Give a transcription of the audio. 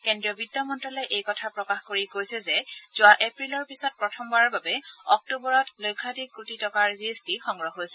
কেন্দ্ৰীয় বিত্তমন্ত্যালয়ে এই কথা প্ৰকাশ কৰি কৈছে যে যোৱা এপ্ৰিলৰ পিছত প্ৰথমবাৰৰ বাবে অক্টোবৰত লক্ষাধিক কোটি টকা জি এছ টি সংগ্ৰহ হৈছিল